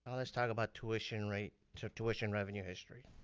um let's talk about tuition rate, to tuition revenue history.